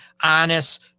honest